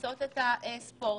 ולעשות ספורט.